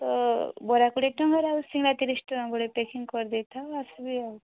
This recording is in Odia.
ତ ବରା କୋଡ଼ିଏ ଟଙ୍କାର ଆଉ ସିଙ୍ଗଡ଼ା ତିରିଶ ଟଙ୍କା ଗୋଟେ ପେକିଙ୍ଗ୍ କରିଦେଇଥାଅ ଆସିବି ଆଉ